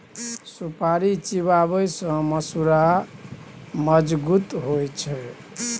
सुपारी चिबाबै सँ मसुरा मजगुत होइ छै